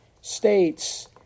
states